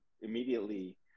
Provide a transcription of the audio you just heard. immediately